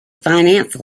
finance